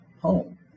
home